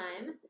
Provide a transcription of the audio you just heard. time